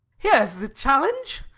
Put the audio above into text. here s the challenge,